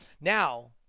now